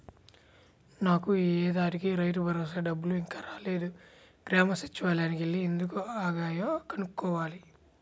నాకు యీ ఏడాదికి రైతుభరోసా డబ్బులు ఇంకా రాలేదు, గ్రామ సచ్చివాలయానికి యెల్లి ఎందుకు ఆగాయో కనుక్కోవాల